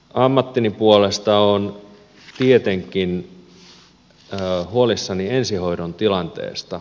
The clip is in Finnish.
ammattini puolesta olen tietenkin huolissani ensihoidon tilanteesta